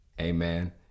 amen